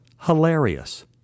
Hilarious